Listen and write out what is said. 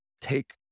Take